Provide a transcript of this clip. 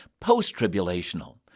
post-tribulational